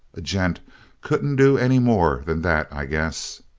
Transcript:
a gent couldn't do any more than that, i guess!